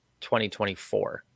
2024